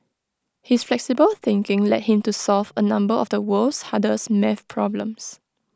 his flexible thinking led him to solve A number of the world's hardest math problems